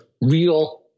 real